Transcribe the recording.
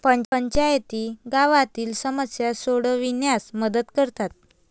पंचायती गावातील समस्या सोडविण्यास मदत करतात